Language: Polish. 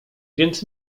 więc